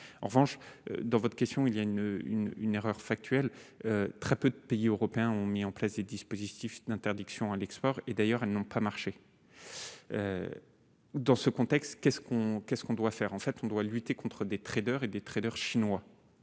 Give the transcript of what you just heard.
en revanche, dans votre question il y a une une une erreur factuelle, très peu de pays européens ont mis en place des dispositifs d'interdiction à l'export et d'ailleurs elle n'a pas marché dans ce contexte qu'est ce qu'on qu'est-ce qu'on doit faire en fait, on doit lutter contre des traders et des traders chinois